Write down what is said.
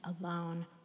alone